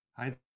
Hi